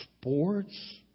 sports